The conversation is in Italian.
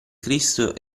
cristo